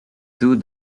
two